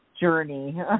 journey